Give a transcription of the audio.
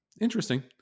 interesting